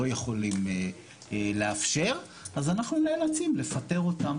יכולים לאפשר - אז אנחנו נאלצים לפטר אותם.